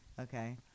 Okay